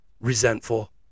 resentful